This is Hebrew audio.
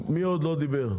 מי עוד לא דיבר?